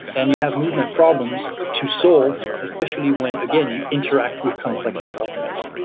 and you have movement problems to solve especially when again, you interact with complex environments.